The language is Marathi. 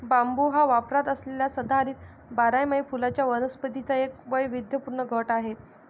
बांबू हा वापरात असलेल्या सदाहरित बारमाही फुलांच्या वनस्पतींचा एक वैविध्यपूर्ण गट आहे